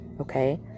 okay